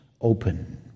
open